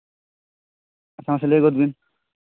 ᱢᱟᱥᱮ ᱞᱟᱹᱭ ᱜᱚᱫᱽ ᱵᱤᱱ